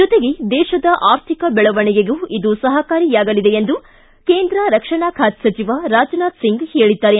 ಜೊತೆಗೆ ದೇಶದ ಆರ್ಥಿಕ ಬೆಳವಣಿಗೆಗೂ ಇದು ಸಹಕಾರಿಯಾಗಲಿದೆ ಎಂದು ರಕ್ಷಣಾ ಖಾತೆ ಸಚಿವ ರಾಜನಾಥ್ ಹೇಳಿದ್ದಾರೆ